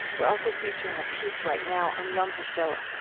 we're also featuring a piece right now on yom hashoah,